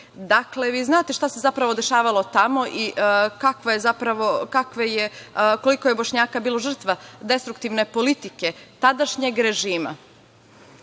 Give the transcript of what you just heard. Dakle, vi znate šta se zapravo dešavalo tamo i koliko je Bošnjaka bilo žrtava destruktivne politike tadašnjeg režima.